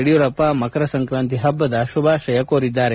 ಯಡಿಯೂರಪ್ಪ ಮಕರ ಸಂಕ್ರಾಂತಿ ಹಬ್ಬದ ಶುಭಾಶಯ ಕೋರಿದ್ದಾರೆ